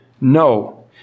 no